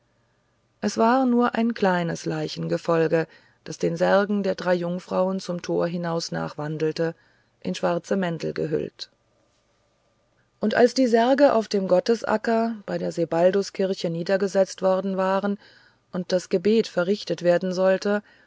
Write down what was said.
es war nur ein kleines leichengefolge das den särgen der drei jungfrauen zum tor hinaus nachwandelte in schwarze mäntel gehüllt und als die särge auf dem gottesacker bei der sebalduskirche niedergesetzt worden waren und das gebet verrichtet werden sollte